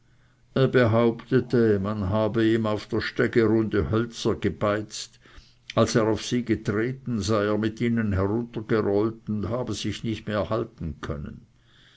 behauptete man habe ihm auf die stege runde hölzer gebeizt als er auf sie getreten sei er mit ihnen heruntergerollt und habe sich nicht mehr halten können